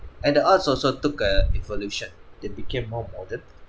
and the arts also took a evolution they became more modern